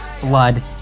blood